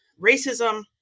racism